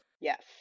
Yes